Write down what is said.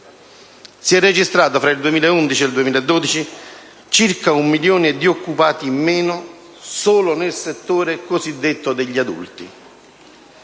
Si è registrato fra il 2011 e il 2012 circa un milione di occupati in meno solo nel settore cosiddetto degli adulti.